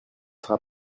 sera